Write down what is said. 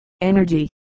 energy